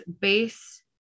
base